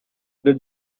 the